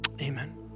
Amen